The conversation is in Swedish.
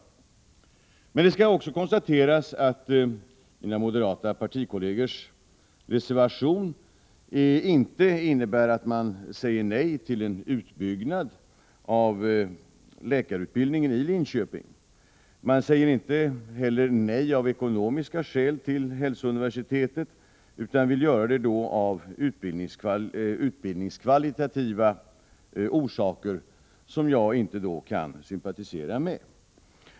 Men det skall också konstateras att mina moderata partikollegers reservation inte innebär att man vill säga nej till en utbyggnad av läkarutbildningen i Linköping. Man säger inte heller nej av ekonomiska skäl till hälsouniversitetet, utan vill göra det av utbildningskvalitativa orsaker som jag inte kan sympatisera med.